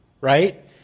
right